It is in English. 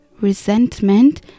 resentment